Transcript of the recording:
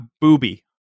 booby